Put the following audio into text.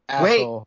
wait